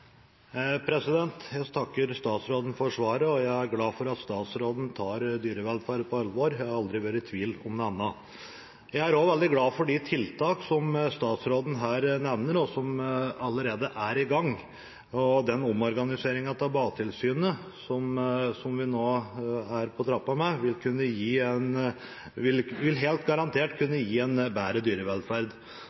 prosessen. Jeg takker statsråden for svaret og er glad for at statsråden tar dyrevelferd på alvor. Jeg har aldri vært i tvil om det. Jeg er også veldig glad for de tiltakene som statsråden her nevner, og som allerede er i gang. Og omorganiseringen av Mattilsynet, som nå er på trappene, vil helt garantert kunne gi en bedre dyrevelferd.